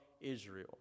Israel